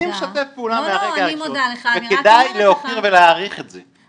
אני משתף פעולה מהרגע הראשון וכדאי להוקיר ולהעריך את זה.